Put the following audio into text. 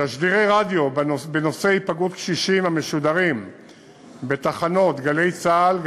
תשדירי רדיו בנושא היפגעות קשישים המשודרים בתחנות "גלי צה"ל",